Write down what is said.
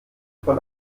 von